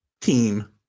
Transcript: team